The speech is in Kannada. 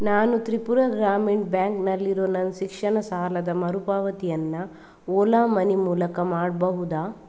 ನಾನು ತ್ರಿಪುರ ಗ್ರಾಮೀಣ್ ಬ್ಯಾಂಕ್ನಲ್ಲಿರೋ ನನ್ನ ಶಿಕ್ಷಣ ಸಾಲದ ಮರುಪಾವತಿಯನ್ನ ಓಲಾ ಮನಿ ಮೂಲಕ ಮಾಡಬಹುದ